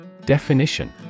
Definition